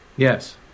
Yes